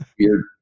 weird